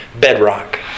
bedrock